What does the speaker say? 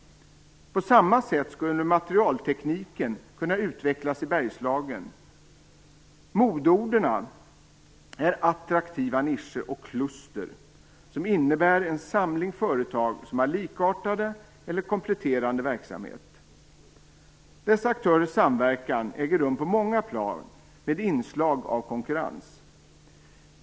På samma sätt skulle materialtekniken kunna utvecklas i Bergslagen. Modeorden är attraktiva nischer och kluster, som innebär en samling företag som har likartade eller kompletterande verksamheter. Dessa aktörers samverkan äger rum på många plan, med inslag av konkurrens.